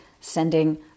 sending